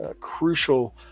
crucial